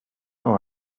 know